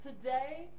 Today